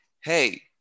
hey